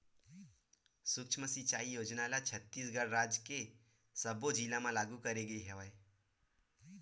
सुक्ष्म सिचई योजना ल छत्तीसगढ़ राज के सब्बो जिला म लागू करे गे हवय